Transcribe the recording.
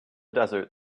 desert